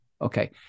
Okay